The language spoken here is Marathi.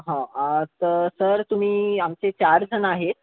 हो आज तर सर तुमी आमचे चार जण आहेत